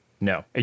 No